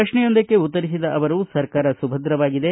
ಪ್ರಶ್ನೆಯೊಂದಕ್ಕೆ ಉತ್ತರಿಸಿದ ಅವರು ಸರ್ಕಾರ ಸುಭದ್ರವಾಗಿದೆ